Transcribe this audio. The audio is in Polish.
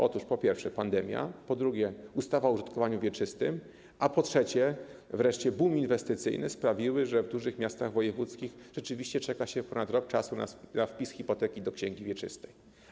Otóż, po pierwsze, pandemia, po drugie, ustawa o użytkowaniu wieczystym, wreszcie po trzecie, bum inwestycyjny sprawiły, że w dużych miastach wojewódzkich rzeczywiście czeka się ponad rok na wpis hipoteki do księgi wieczystej.